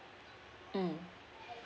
mm